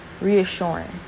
reassuring